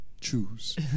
choose